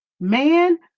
Man